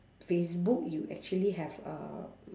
facebook you actually have uh